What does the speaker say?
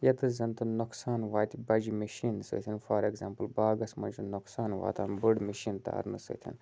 ییٚتَس زَنتہِ نۄقصان واتہِ بَجہِ مِشیٖن سۭتۍ فار اٮ۪کزامپٕل باغَس منٛز چھِ نۄقصان واتان بٔڑ مِشیٖن تارنہٕ سۭتۍ